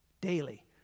daily